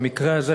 במקרה הזה,